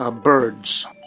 ah birds.